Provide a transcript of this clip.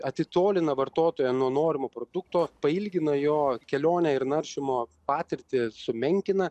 atitolina vartotoją nuo norimo produkto pailgina jo kelionę ir naršymo patirtį sumenkina